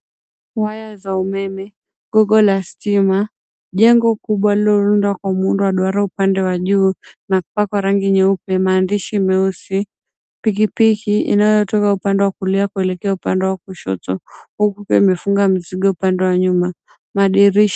Nyaya za umeme, gogo la stima, jengo kubwa lililoundwa kwa muundo wa duara, upande wa juu na kupakwa rangi nyeupe, maandishi meusi, pikipiki inayotoka upande wa kulia kuelekea upande wa kushoto huku ikiwa imefunga mizigo upande wa nyuma, madirisha.